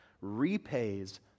repays